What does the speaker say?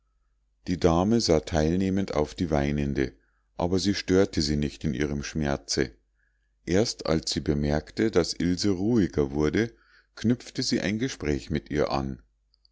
die dame sah teilnehmend auf die weinende aber sie störte sie nicht in ihrem schmerze erst als sie bemerkte daß ilse ruhiger wurde knüpfte sie ein gespräch mit ihr an